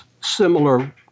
similar